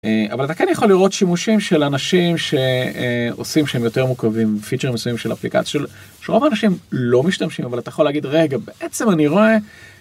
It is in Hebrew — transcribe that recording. אבל אתה כן יכול לראות שימושים של אנשים שעושים שהם יותר מורכבים, פיצ'רים מסוימים של אפליקציה שרוב האנשים לא משתמשים, אבל אתה יכול להגיד - רגע בעצם אני רואה..